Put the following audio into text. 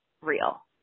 real